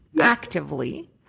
actively